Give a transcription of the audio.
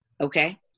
okay